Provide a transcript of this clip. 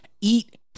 eat